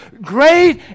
great